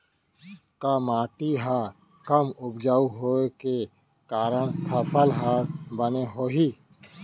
का माटी हा कम उपजाऊ होये के कारण फसल हा बने होही?